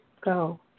go